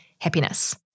happiness